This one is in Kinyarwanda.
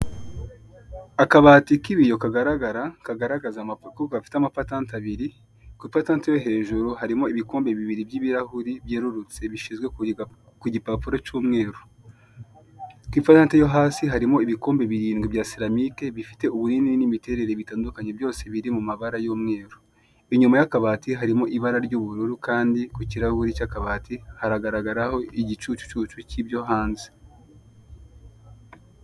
Akabati k'ibiyo kagaragara kagaragaza amapuku gafite amapatanti abiri ku ipatanti yo hejuru harimo ibikombe bibiri by'ibirahuri byerurutse bishyizwe ku gipapuro cy'umweru ku ipatanti yo hasi harimo ibikombe birindwi bya silamike bifite ubunini n'imiterere bitandukanye byose biri mu mabara y'umweru, inyuma y'akabati harimo ibara ry'ubururu kandi ku kirahuri cy'akabati haragaragaraho igicucucu cy'ibyo hanze.